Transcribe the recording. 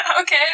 Okay